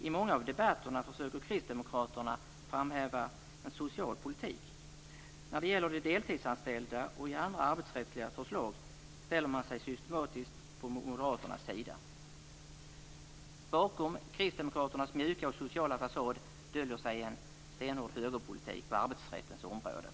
I många av debatterna försöker Kristdemokraterna framhäva en social politik. När det gäller de deltidsanställda och i andra arbetsrättsliga förslag ställer man sig systematiskt på Moderaternas sida. Bakom Kristdemokraternas mjuka och sociala fasad döljer sig en stenhård högerpolitik på arbetsrättens område.